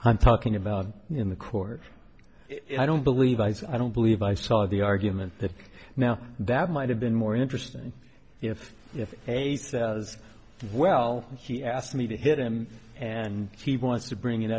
i'm talking about in the court i don't believe i said i don't believe i saw the argument that now that might have been more interesting if if as well he asked me to hit him and he wants to bring in